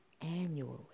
annually